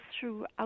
throughout